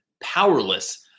powerless